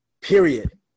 period